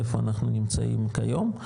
איפה אנחנו נמצאים כיום?